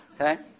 Okay